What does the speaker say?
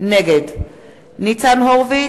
נגד ניצן הורוביץ,